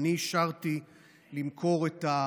ואנחנו ראינו שיש שוני,